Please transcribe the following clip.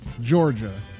Georgia